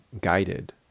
guided